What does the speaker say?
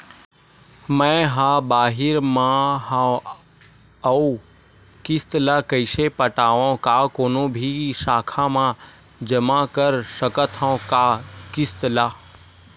मैं हा बाहिर मा हाव आऊ किस्त ला कइसे पटावव, का कोनो भी शाखा मा जमा कर सकथव का किस्त ला?